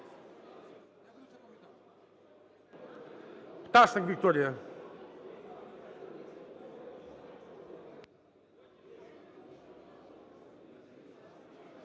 Пташник Вікторія.